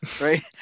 right